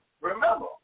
Remember